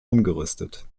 umgerüstet